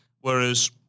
Whereas